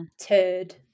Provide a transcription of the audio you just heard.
turd